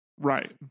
Right